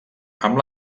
amb